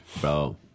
Bro